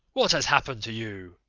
what has happened to you,